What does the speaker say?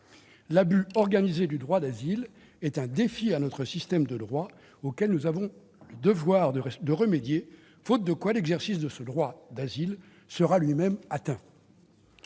L'abus organisé du droit d'asile est un défi à notre système de droit, auquel nous avons le devoir de remédier, faute de quoi l'exercice de ce droit d'asile sera lui-même atteint.